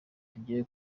tugiye